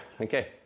okay